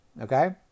Okay